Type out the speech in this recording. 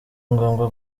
ngombwa